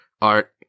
art